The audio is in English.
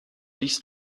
these